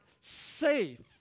safe